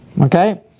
Okay